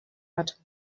hat